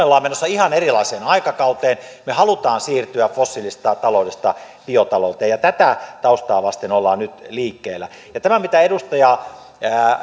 olemme menossa ihan erilaiseen aikakauteen me haluamme siirtyä fossiilisesta taloudesta biotalouteen ja tätä taustaa vasten ollaan nyt liikkeellä ja tämä mitä edustaja